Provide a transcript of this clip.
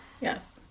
yes